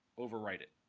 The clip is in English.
overwrite it.